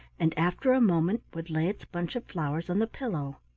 and after a moment would lay its bunch of flowers on the pillow.